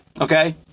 Okay